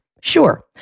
Sure